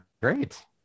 great